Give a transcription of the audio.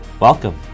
welcome